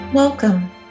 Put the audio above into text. Welcome